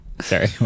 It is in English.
Sorry